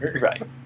right